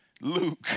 Luke